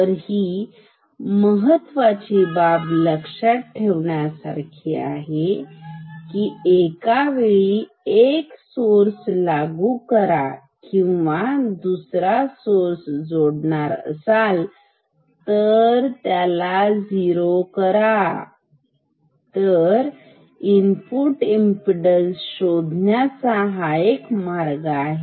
तर ही महत्वाची लक्षात ठेवण्याची बाब आहे की एका वेळी एक स्त्रोत लागू करा किंवा दुसरा स्त्रोत जोडणार असाल तर झिरो करा तर इनपुट इमपीडन्स शोधण्याचा हा एक मार्ग आहे